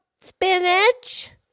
spinach